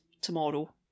tomorrow